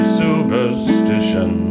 superstition